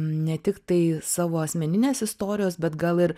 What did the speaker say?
ne tiktai savo asmeninės istorijos bet gal ir